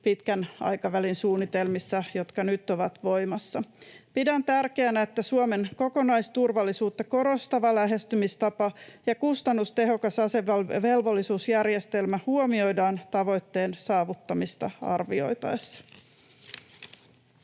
pitkän aikavälin suunnitelmissa, jotka nyt ovat voimassa. Pidän tärkeänä, että Suomen kokonaisturvallisuutta korostava lähestymistapa ja kustannustehokas asevelvollisuusjärjestelmä huomioidaan tavoitteen saavuttamista arvioitaessa.